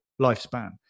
lifespan